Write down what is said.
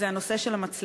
זה הנושא של המצלמות.